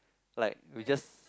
like we just